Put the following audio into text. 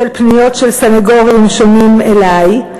בשל פניות של סניגורים שונים אלי,